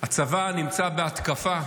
הצבא נמצא בהתקפה